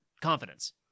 confidence